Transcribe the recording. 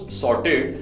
sorted